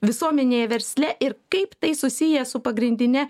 visuomenėje versle ir kaip tai susiję su pagrindine